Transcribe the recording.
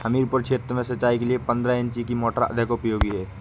हमीरपुर क्षेत्र में सिंचाई के लिए पंद्रह इंची की मोटर अधिक उपयोगी है?